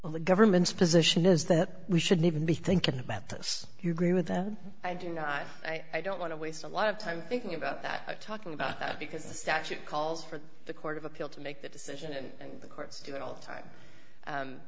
on the government's position is that we should even be thinking about this you agree with that i do not i don't want to waste a lot of time thinking about that talking about that because the statute calls for the court of appeal to make that decision and the courts do it all the time u